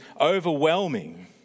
overwhelming